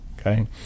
okay